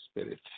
Spirit